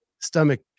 stomach